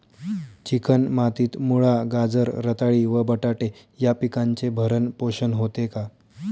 Chicken मातीत मुळा, गाजर, रताळी व बटाटे या पिकांचे भरण पोषण होते का?